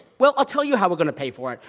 well, i'll tell you how we're going to pay for it.